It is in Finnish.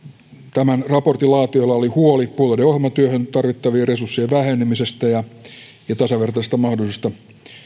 tämän raportin laatijoilla oli huoli puolueiden ohjelmatyöhön tarvittavien resurssien vähenemisestä ja ja tasavertaisesta mahdollisuudesta